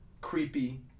creepy